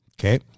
Okay